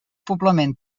poblament